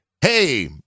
hey